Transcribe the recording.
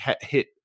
hit